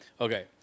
Okay